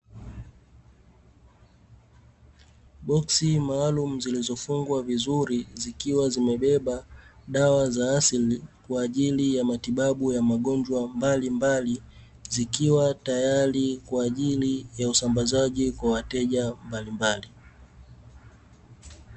Boksi maalumu zilizofungwa vizuri zikiwa zimebeba dawa za asili ya ajili ya matibabu ya magonjwa mbalimbali, zikiwa tayari kwa ajili ya usambazaji kwa wateja mbalimbali.